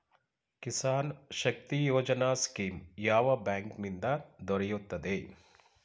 Kisan Shakti Yojana scheme ಯಾವ bank ನಿಂದ ದೊರೆಯುತ್ತದೆ?